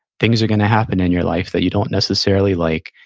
things are going to happen in your life that you don't necessarily like,